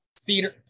theater